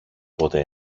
πότε